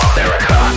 America